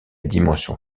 dimension